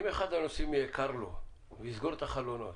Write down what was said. אם לאחד הנוסעים יהיה קר והוא יסגור את החלונות,